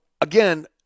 again